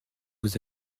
vous